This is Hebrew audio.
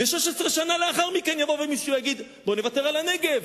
ו-16 שנה לאחר מכן יבוא מישהו ויגיד: בוא נוותר על הנגב,